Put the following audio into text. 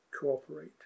cooperate